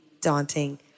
daunting